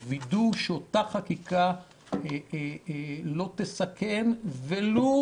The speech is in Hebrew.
ווידוא שאותה חקיקה לא תסכן, ולו